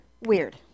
Weird